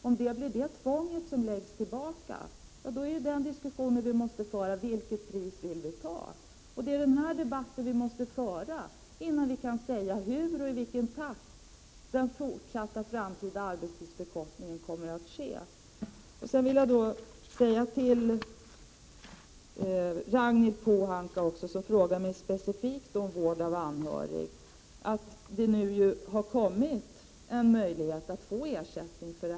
Om det tvånget läggs tillbaka på oss, gäller diskussionen vi måste föra vilket pris vi vill betala. Det är denna debatt vi måste föra innan vi kan säga hur och i vilken takt den fortsatta arbetstidförkortningen kommer att ske. Till Ragnhild Pohanka, som frågade mig specifikt om vård av anhöriga, vill jag säga att det nu har kommit en möjlighet att få ersättning.